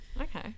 Okay